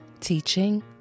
teaching